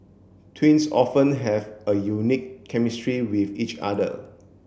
twins often have a unique chemistry with each other